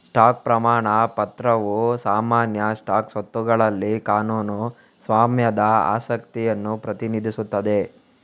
stock ಪ್ರಮಾಣ ಪತ್ರವು ಸಾಮಾನ್ಯ ಸ್ಟಾಕ್ ಸ್ವತ್ತುಗಳಲ್ಲಿ ಕಾನೂನು ಸ್ವಾಮ್ಯದ ಆಸಕ್ತಿಯನ್ನು ಪ್ರತಿನಿಧಿಸುತ್ತದೆ